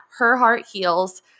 herheartheals